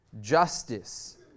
justice